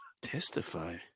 Testify